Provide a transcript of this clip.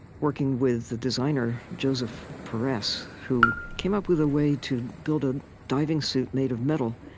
working with the designer joseph peress, who came up with a way to build a diving suit made of metal.